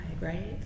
right